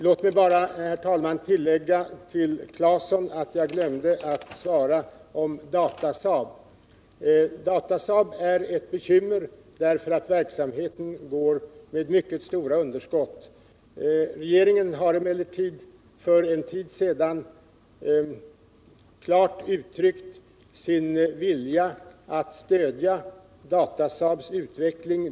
Låt mig bara, herr talman, tillägga till Tore Claeson att jag glömde att svara på frågan om Datasaab. Datasaab är ett bekymmer därför att verksamheten går med mycket stora underskott. Regeringen har emellertid för en tid sedan klart uttryckt sin vilja att stödja företagets utveckling.